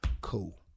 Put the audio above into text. Cool